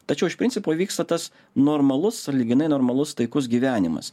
tačiau iš principo vyksta tas normalus sąlyginai normalus taikus gyvenimas